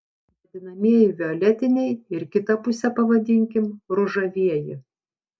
vadinamieji violetiniai ir kitą pusę pavadinkim ružavieji